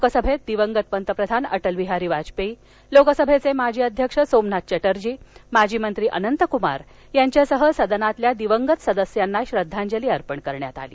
लोकसभेत दिवंगत पंतप्रधान अटलबिहारी वाजपेयी लोकसभेचे माजी अध्यक्ष सोमनाथ चॅटर्जी माजी मंत्री अनंत कुमार यांच्यासह सदनातील दिवंगत सदस्यांना श्रद्वाजली अर्पण करण्यात आली